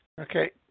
Okay